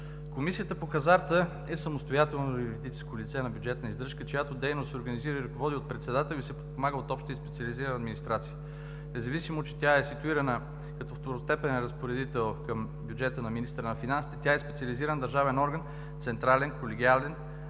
комисия по хазарта е самостоятелно юридическо лице на бюджетна издръжка, чиято дейност се организира и ръководи от председател и се подпомага от обща и специализирана администрация. Независимо че тя е ситуирана като второстепенен разпоредител към бюджета на министъра на финансите, тя е специализиран държавен орган – централен колегиален